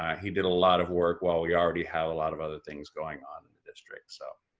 he did a lot of work while we already have a lot of other things going on in the district. so,